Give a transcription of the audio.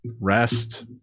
rest